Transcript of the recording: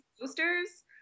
posters